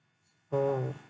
oh